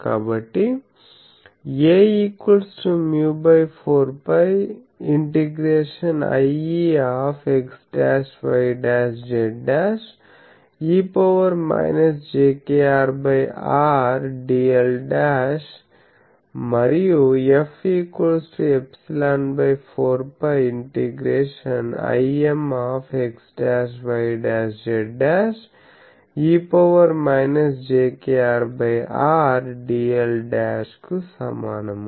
కాబట్టి A μ4π ഽIex'y'z' e jkR R dl మరియు F∊4π ഽImx'y'z' e jkR R dl'కు సమానము